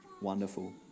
Wonderful